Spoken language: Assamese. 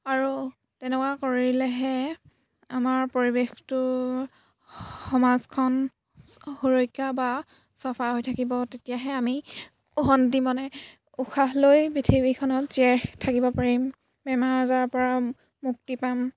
আৰু তেনেকুৱা কৰিলেহে আমাৰ পৰিৱেশটো সমাজখন সুৰক্ষা বা চাফা হৈ থাকিব তেতিয়াহে আমি শান্তি মানে উশাহ লৈ পৃথিৱীখনত জীয়াই থাকিব পাৰিম বেমাৰ আজাৰৰ পৰা মুক্তি পাম